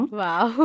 wow